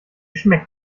schmeckt